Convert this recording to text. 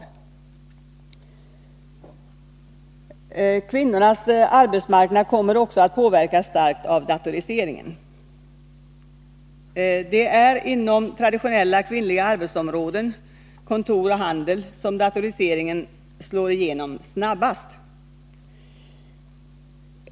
Kvinnornas arbetsmarknad kommer också att påverkas starkt av datoriseringen. Det är inom traditionellt kvinnliga arbetsområden, kontor och handel, som datoriseringen slår igenom snabbast.